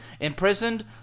imprisoned